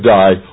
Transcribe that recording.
die